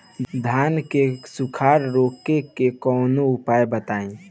धान के सुखड़ा रोग के कौनोउपाय बताई?